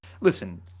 listen